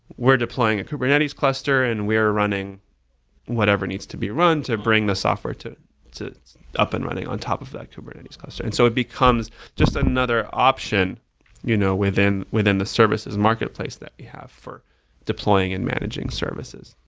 we're deploying a kubernetes cluster and we are running whatever needs to be run to bring the software to to up and running on top of that kubernetes cluster. and so it becomes just another option you know within within the services marketplace that we have for deploying and managing services.